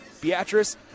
Beatrice